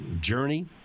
journey